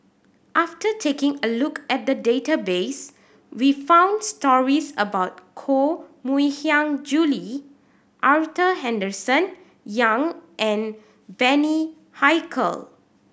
after taking a look at the database we found stories about Koh Mui Hiang Julie Arthur Henderson Young and Bani Haykal